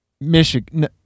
Michigan